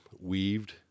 weaved